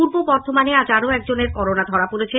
পূর্ব বর্ধমানে আজ আরও একজনের করোনা ধরা পড়েছে